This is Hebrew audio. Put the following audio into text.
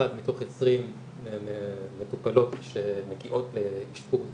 אחת מתוך 20 מטופלות שמגיעות לאשפוז